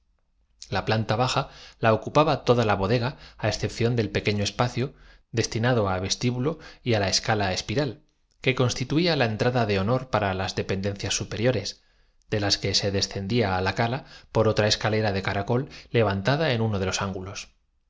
la planta baja la ocupaba toda la bodega á excepción podio ó basamento sobre del pequeño espacio destinado á vestíbulo y á la es el que descansaba el sue cala espiral que constituía la entrada de honor para lo de la bodega y en el las dependencias superiores de las que se descendía espesor de cuyo muro á la cala por otra escalera de caracol levantada en uno fianse